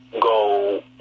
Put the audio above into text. go